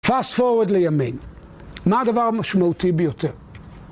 פסט פורוורד לימין, מה הדבר המשמעותי ביותר?